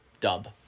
Dub